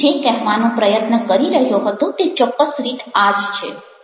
હું જે કહેવાનો પ્રયત્ન કરી રહ્યો હતો તે ચોક્કસ રીત આ જ છે